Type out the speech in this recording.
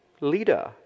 leader